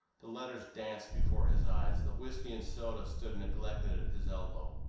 the letters danced before his eyes, the whisky and soda stood neglected at his elbow.